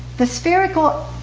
the spherical